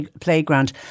Playground